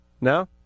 No